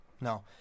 No